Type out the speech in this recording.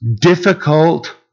difficult